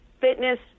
Fitness